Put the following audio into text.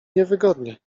niewygodnie